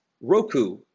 Roku